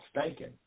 stinking